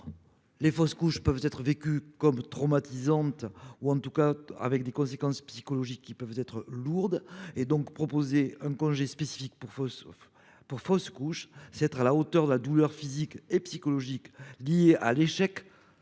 les fausses couches peuvent être vécues comme traumatisantes, ou en tout cas avoir des conséquences psychologiques lourdes. Dès lors, proposer un congé spécifique pour fausse couche, c'est être à la hauteur de la douleur physique et psychologique liée à l'échec